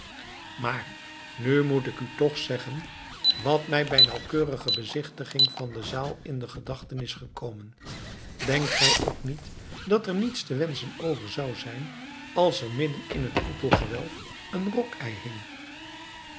maar nu moet ik u toch zeggen wat mij bij nauwkeurige bezichtiging van de zaal in de gedachten is gekomen denkt gij ook niet dat er niets te wenschen over zou zijn als er midden in het koepelgewelf een rock ei hing